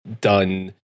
done